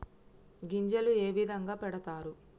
గింజలు ఏ విధంగా పెడతారు?